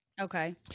Okay